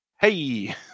Hey